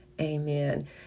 amen